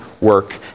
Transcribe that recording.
work